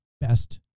best